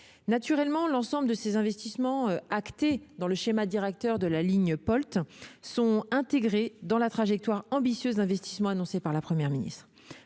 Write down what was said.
Naturellement, l'ensemble de ces investissements, actés dans le schéma directeur de la ligne Polt, sont intégrés dans la trajectoire ambitieuse d'investissements annoncée par la Première ministre.